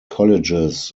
colleges